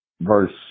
verse